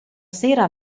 sera